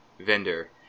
vendor